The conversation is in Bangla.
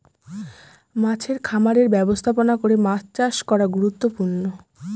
মাছের খামারের ব্যবস্থাপনা করে মাছ চাষ করা গুরুত্বপূর্ণ